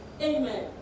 Amen